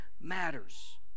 matters